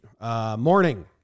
Morning